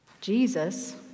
Jesus